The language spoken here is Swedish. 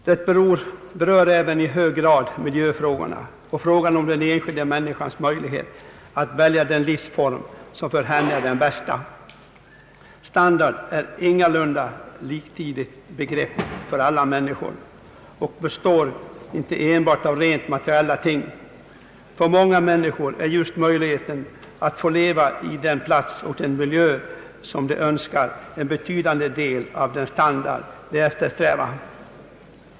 Problemet berör även i hög grad vår miljö och frågan om den enskildes möjlighet att välja den livsform som för henne är den bästa. Standard är ingalunda ett liktydigt begrepp för alla mäninskor och består inte enbart av rent materiella ting. För många människor är just möjligheten att få leva på den plats och i den miljö som de önskar en betydande del av den standard de eftersträvar.